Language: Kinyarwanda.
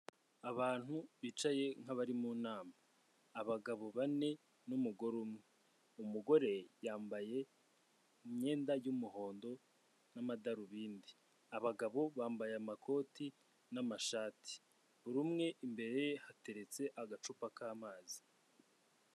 Abantu bicaye nk'abari mu nama, abagabo bane n'umugore umwe, umugore yambaye imyenda y'umuhondo n'amadarubindi, abagabo bambaye amakoti n'amashati, buri umwe imbere ye hateretse agacupa k'amazi.